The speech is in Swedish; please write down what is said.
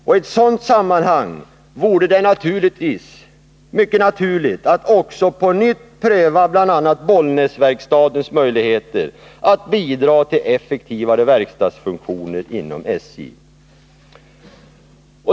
I ett sådant sammanhang vore det naturligt att också på nytt pröva bl.a. Bollnäsverkstadens möjligheter att bidra till effektivare verkstadsfunktioner inom SJ.